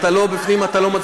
אנחנו עוברים